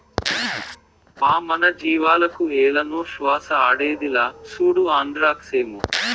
బా మన జీవాలకు ఏలనో శ్వాస ఆడేదిలా, సూడు ఆంద్రాక్సేమో